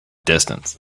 distance